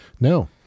No